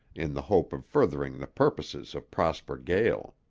in the hope of furthering the purposes of prosper gael.